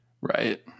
Right